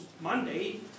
Monday